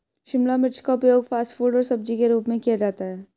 शिमला मिर्च का उपयोग फ़ास्ट फ़ूड और सब्जी के रूप में किया जाता है